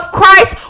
Christ